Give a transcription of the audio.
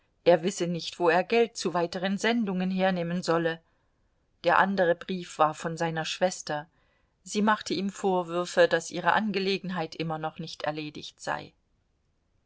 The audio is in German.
er wisse nicht wo er geld zu weiteren sendungen hernehmen solle der andere brief war von seiner schwester sie machte ihm vorwürfe daß ihre angelegenheit immer noch nicht erledigt sei